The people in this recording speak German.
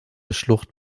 schlucht